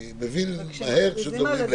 אני מבין מהר כשמדברים לאט.